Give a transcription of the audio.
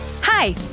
Hi